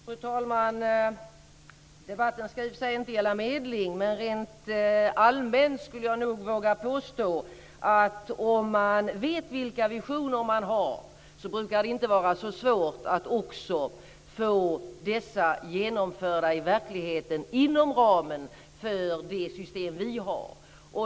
Fru talman! Debatten ska i och för sig inte gälla medling, men rent allmänt skulle jag nog våga påstå att om man vet vilka visioner man har brukar det inte vara så svårt att också få dessa genomförda i verkligheten, inom ramen för det system vi har.